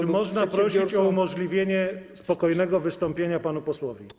Czy można prosić o umożliwienie spokojnego wystąpienia panu posłowi?